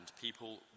people